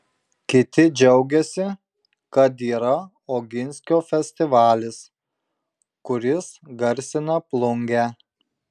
kiti džiaugiasi kad yra oginskio festivalis kuris garsina plungę